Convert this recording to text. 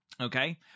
Okay